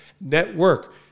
network